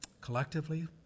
collectively